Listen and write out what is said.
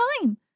time